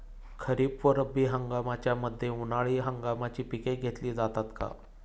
खरीप व रब्बी हंगामाच्या मध्ये उन्हाळी हंगामाची पिके घेतली जातात का?